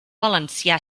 valencià